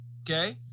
Okay